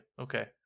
Okay